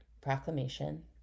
proclamation